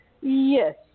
Yes